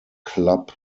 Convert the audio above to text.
club